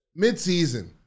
Midseason